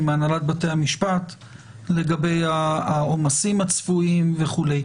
מהנהלת בתי המשפט לגבי העומסים הצפויים וכו'.